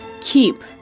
Keep